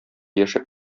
яшәп